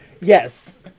Yes